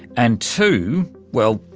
and two, well,